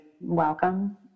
welcome